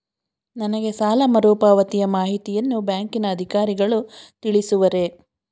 ನನಗೆ ಸಾಲ ಮರುಪಾವತಿಯ ಮಾಹಿತಿಯನ್ನು ಬ್ಯಾಂಕಿನ ಅಧಿಕಾರಿಗಳು ತಿಳಿಸುವರೇ?